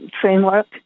Framework